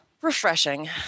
refreshing